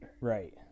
Right